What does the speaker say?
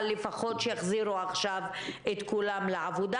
אבל לפחות שיחזירו עכשיו את כולם לעבודה